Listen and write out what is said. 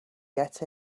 get